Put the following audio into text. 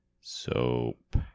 soap